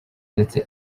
ndetse